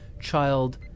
Child